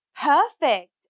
perfect